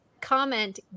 comment